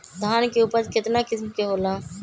धान के उपज केतना किस्म के होला?